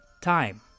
time